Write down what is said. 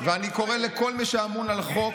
אני קורא למשטרה ולכל מי שאמון על החוק